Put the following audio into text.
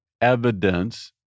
evidence